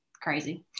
Crazy